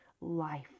life